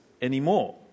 anymore